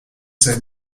said